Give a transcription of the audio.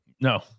No